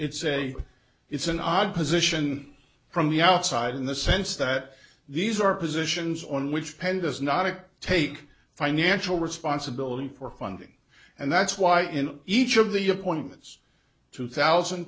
it's a it's an odd position from the outside in the sense that these are positions on which pandas not to take financial responsibility for funding and that's why in each of the appointments two thousand